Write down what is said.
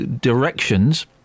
directions